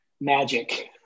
magic